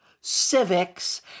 civics